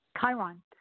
Chiron